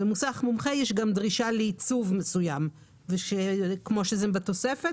במוסך מומחה יש גם דרישה לעיצוב מסוים כפי שזה בתוספת